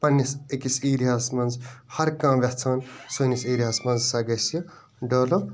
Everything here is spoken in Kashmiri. پَنٕنِس أکِس ایریاہَس مَنٛز ہر کانٛہہ ویٚژھان سٲنِس ایریاہَس مَنٛز ہَسا گَژھِ ڈیٚولپ